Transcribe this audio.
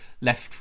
left